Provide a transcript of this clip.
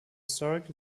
historical